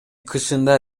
кышында